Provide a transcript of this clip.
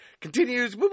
continues